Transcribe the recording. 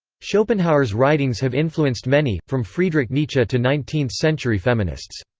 schopenhauer's writings have influenced many, from friedrich nietzsche to nineteenth-century feminists.